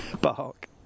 Bark